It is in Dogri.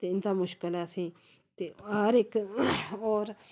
ते इंटदा मुश्किल ऐ असेंगी ते हर इक होर